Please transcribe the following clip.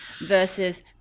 versus